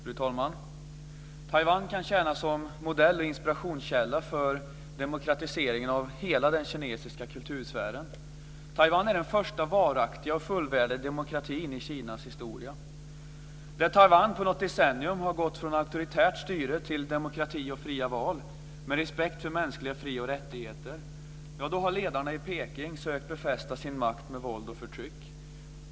Fru talman! Taiwan kan tjäna som modell och inspirationskälla för demokratiseringen av hela den kinesiska kultursfären. Taiwan är den första varaktiga och fullvärdiga demokratin i Kinas historia. När Taiwan på något decennium har gått från auktoritärt styre till demokrati och fria val med respekt för mänskliga fri och rättigheter, har ledarna i Peking sökt befästa sin makt med våld och förtryck.